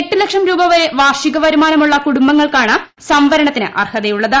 എട്ട് ലക്ഷം രൂപ വരെ വാർഷിക വരുമാനമുള്ള കുടുംബങ്ങൾക്കാണ് സംവരണത്തിന് ആർഹതയുള്ളത്